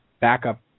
backup